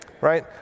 right